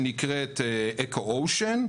שנקראת Ecoocean,